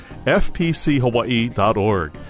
fpchawaii.org